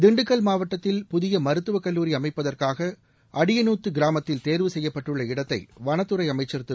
திண்டுக்கல் மாவட்டத்தில் புதிய மருத்துவக் கல்லூரி அமைப்பதற்காக அடியநூத்து கிராமத்தில் தேர்வு செய்யப்பட்டுள்ள இடத்தை வனத்துறை அமைச்சர் திரு